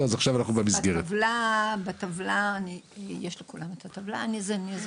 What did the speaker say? לכולם יש את הטבלה.